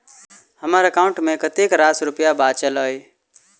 हम्मर एकाउंट मे कतेक रास रुपया बाचल अई?